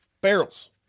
Barrels